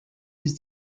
his